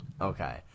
Okay